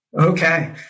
Okay